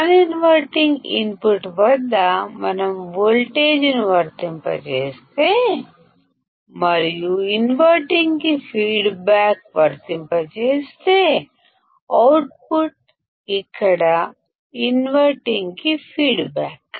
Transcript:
non inverting input వద్ద మనం voltage ను వర్తింపజేస్తే మరియు ఇన్వర్టింగ్ కి ఫీడ్ బ్యాక్ ను వర్తింపజేస్తే ఇక్కడ అవుట్పుట్ ఇన్వర్టింగ్ కి ఫీడ్ బ్యాక్